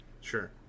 sure